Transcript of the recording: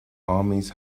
armies